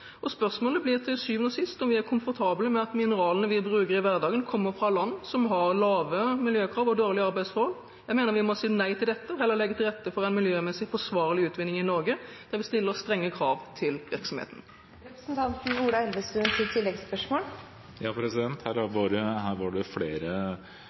Spørsmålet blir til syvende og sist om vi er komfortable med at mineralene vi bruker i hverdagen, kommer fra land som har lave miljøkrav og dårlige arbeidsforhold. Jeg mener vi må si nei til dette og heller legge til rette for en miljømessig forsvarlig utvinning i Norge, der vi stiller strenge krav til virksomheten.